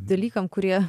dalykam kurie